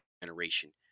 generation